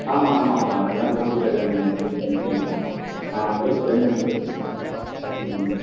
ஆமாம் ஆமாம் மேடம் இதுதான் கூகுள் பேவில் நீங்கள் செண்ட் பண்ணிட்டீங்கன்னா ஆ ரெண்டுமே இருக்குது ம்